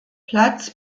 platz